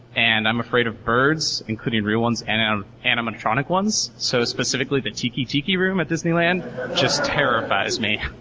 and i'm afraid of birds including real ones and and animatronic ones. so specifically the tiki tiki room at disneyland just terrifies me.